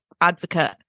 advocate